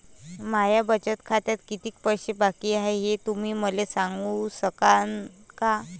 माया बचत खात्यात कितीक पैसे बाकी हाय, हे तुम्ही मले सांगू सकानं का?